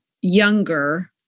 younger